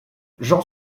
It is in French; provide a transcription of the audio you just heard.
jean